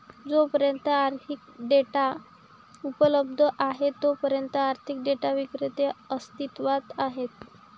जोपर्यंत आर्थिक डेटा उपलब्ध आहे तोपर्यंत आर्थिक डेटा विक्रेते अस्तित्वात आहेत